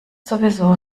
sowieso